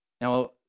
Now